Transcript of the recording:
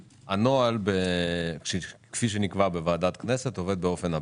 הנוהל, כפי שנקבע בוועדת הכנסת, עובד באופן הבא: